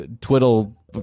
twiddle